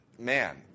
Man